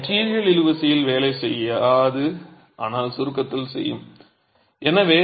material இழுவிசையில் வேலை செய்யாது ஆனால் சுருக்கத்தில் செய்யும்